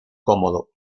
cómodo